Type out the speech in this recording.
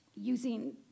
using